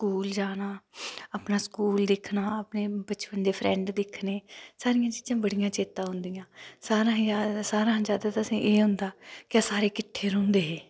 school जाना school दिक्खना असें बचपन दी अपनी फ्रैंड दिक्खनी एह् चीजां बड़ियां चेतै औंदियां न सारें शा जैदा असें गी ते एह् होंदा हा कि अस सारे किट्ठे रौंह्दे हे